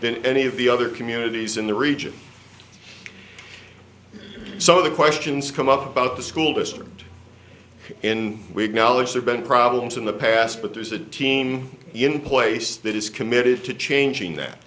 than any of the other communities in the region so the questions come up about the school district in we acknowledge there been problems in the past but there's a team in place that is committed to changing that